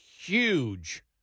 huge